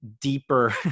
deeper